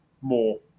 more